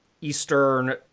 Eastern